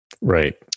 Right